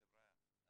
חבריא,